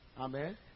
Amen